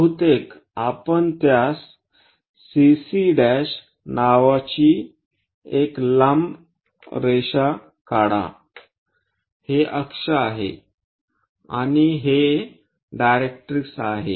बहुतेक आपण त्यास CC' नावाची एक लांब रेषा काढा हे अक्ष आहे आणि हे डायरेक्ट्रिक्स आहे